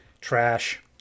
trash